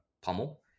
Pummel